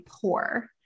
poor